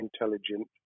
intelligent